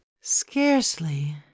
Scarcely